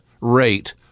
rate